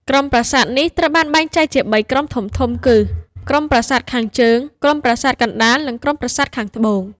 ក្រុមប្រាសាទនេះត្រូវបានបែងចែកជា ៣ ក្រុមធំៗគឺ ក្រុមប្រាសាទខាងជើង ក្រុមប្រាសាទកណ្ដាល និងក្រុមប្រាសាទខាងត្បូង។